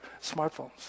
smartphones